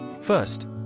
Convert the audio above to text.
First